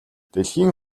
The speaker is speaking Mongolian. дэлхийн